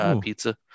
pizza